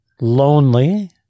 lonely